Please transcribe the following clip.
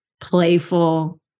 playful